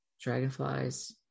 dragonflies